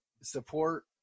support